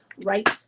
right